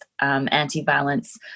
Anti-violence